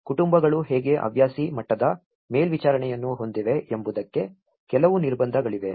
ಕುಟುಂಬಗಳು ಹೇಗೆ ಹವ್ಯಾಸಿ ಮಟ್ಟದ ಮೇಲ್ವಿಚಾರಣೆಯನ್ನು ಹೊಂದಿವೆ ಎಂಬುದಕ್ಕೆ ಕೆಲವು ನಿರ್ಬಂಧಗಳಿವೆ